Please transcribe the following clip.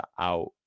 out